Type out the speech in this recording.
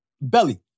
Belly